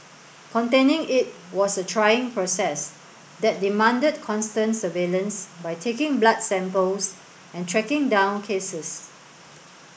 containing it was a trying process that demanded constant surveillance by taking blood samples and tracking down cases